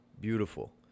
beautiful